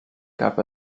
gab